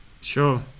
Sure